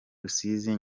rusizi